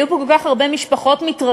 היו פה כל כך הרבה משפחות מתרגשות,